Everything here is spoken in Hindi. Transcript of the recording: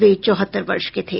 वे चौहत्तर वर्ष के थे